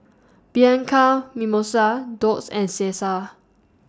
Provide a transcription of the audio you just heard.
Bianco Mimosa Doux and Cesar